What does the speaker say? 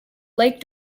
lake